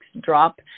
drop